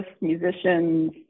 musicians